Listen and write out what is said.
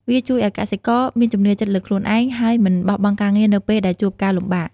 វាជួយឲ្យកសិករមានជំនឿចិត្តលើខ្លួនឯង ហើយមិនបោះបង់ការងារនៅពេលដែលជួបការលំបាក។